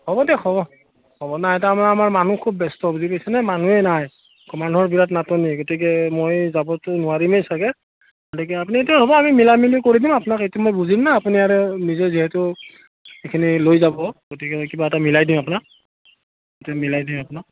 হ'ব দিয়ক হ'ব হ'ব নাই এটা আমাৰ আমাৰ মানুহ খুব ব্যস্ত বুইছেনে মানুহে নাই মানুহৰ বিৰাট নাটনি গতিকে মই যাবতো নোৱাৰিমেই চাগে গতিকে আপুনি এতিয়া হ'ব আমি মিলা মেলি কৰি দিম আপোনাক এইটো মই বুজিম ন আপুনি নিজে যিহেতু এইখিনি লৈ যাব গতিকে কিবা এটা মিলাই দিম আপোনাক এতিয়া মিলাই দিম আপোনাক